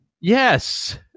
Yes